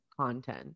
content